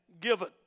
given